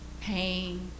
pain